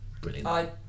Brilliant